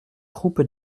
croupes